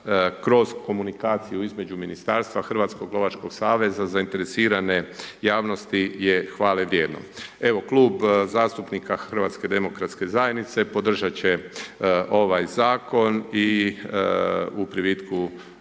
kroz komunikaciju između Ministarstva Hrvatskog lovačkog saveza zainteresirani javnosti je hvale vrijedno. Evo Klub zastupnika HDZ-a podržat će ovaj zakon i u privitku